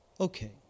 okay